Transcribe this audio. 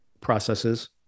processes